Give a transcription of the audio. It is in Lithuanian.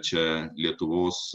čia lietuvos